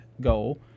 goal